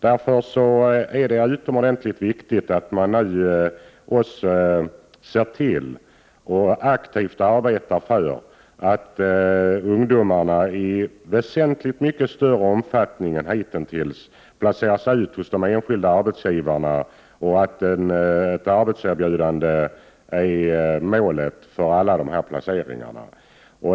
Därför är det utomordentligt viktigt att man nu ser till och arbetar aktivt för att ungdomarna i väsentligt mycket större omfattning än hitintills placeras ut hos de enskilda arbetsgivarna. Ett arbetserbjudande bör vara målet för alla dessa placeringar.